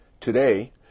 today